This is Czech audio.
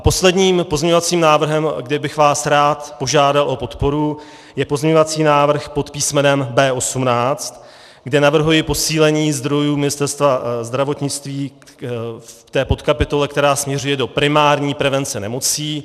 Posledním pozměňovacím návrhem, kde bych vás rád požádal o podporu, je pozměňovací návrh pod písmenem B18, kde navrhuji posílení zdrojů Ministerstva zdravotnictví v podkapitole, která směřuje do primární prevence nemocí.